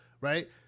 right